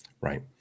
Right